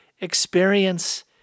experience